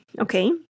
okay